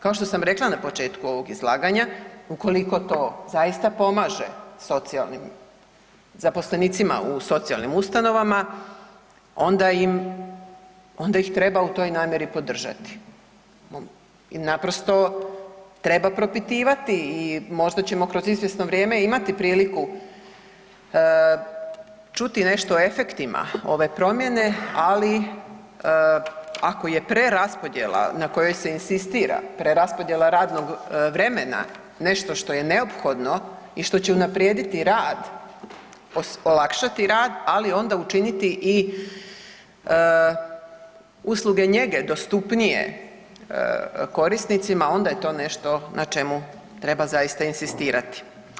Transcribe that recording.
Kao što sam rekla na početku ovog izlaganja, ukoliko to zaista pomaže socijalnim, zaposlenicima u socijalnim ustanovama onda im, onda ih treba u toj namjeri podržati i naprosto treba propitivati i možda ćemo kroz izvjesno vrijeme imati priliku čuti nešto o efektima ove promjene, ali ako je preraspodjela na kojoj se inzistira, preraspodjela radnog vremena, nešto što je neophodno i što će unaprijediti rad, olakšati rad, ali onda učiniti i usluge njege dostupnije korisnicima, onda je to nešto na čemu treba zaista inzistirati.